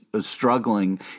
struggling